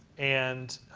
and